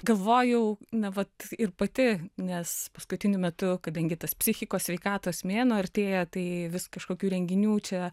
galvojau na vat ir pati nes paskutiniu metu kadangi tas psichikos sveikatos mėnuo artėja tai vis kažkokių renginių čia